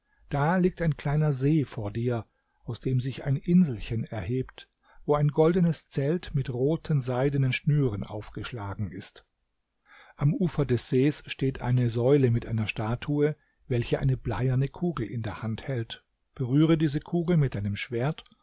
da liegt ein kleiner see vor dir aus dem sich ein inselchen erhebt wo ein goldenes zelt mit roten seidenen schnüren aufgeschlagen ist am ufer des sees steht eine säule mit einer statue welche eine bleierne kugel in der hand hält berühre diese kugel mit deinem schwert